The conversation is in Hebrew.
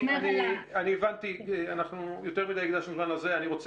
אנחנו 12 חוקרים ששלחנו אתמול לוועדה מסמך